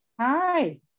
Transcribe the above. Hi